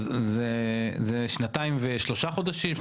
אלה שנתיים ושלושה חודשים,